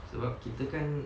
sebab kita kan